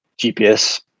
GPS